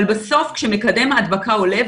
אבל בסוף כשמקדם ההדבקה עולה,